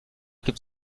gibt